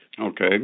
Okay